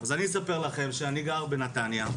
אז אני אספר לכם שאני גר בנתניה,